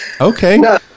Okay